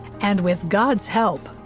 and with god's help,